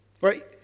Right